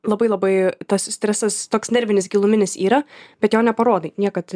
labai labai tas stresas toks nervinis giluminis yra bet jo neparodai niekad